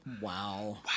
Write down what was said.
Wow